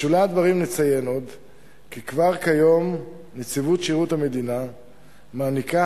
בשולי הדברים נציין עוד כי כבר כיום נציבות שירות המדינה מעניקה